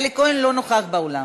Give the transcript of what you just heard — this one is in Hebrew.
אלי כהן לא נוכח באולם.